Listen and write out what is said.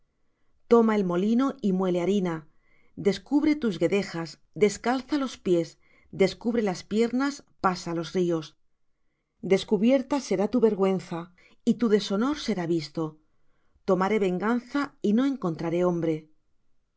toma el molino y muele harina descubre tus guedejas descalza los pies descubre las piernas pasa los ríos descubierta será tu vergüenza y tu deshonor será visto tomaré venganza y no encontraré hombre